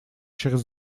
через